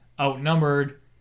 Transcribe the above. outnumbered